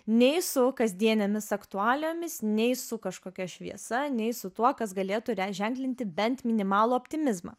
nei su kasdienėmis aktualijomis nei su kažkokia šviesa nei su tuo kas galėtų ženklinti bent minimalų optimizmą